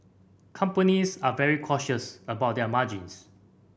companies are very cautious about their margins